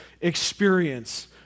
experience